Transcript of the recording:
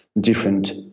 different